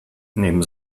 neben